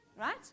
right